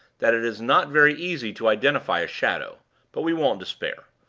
that it is not very easy to identify a shadow but we won't despair.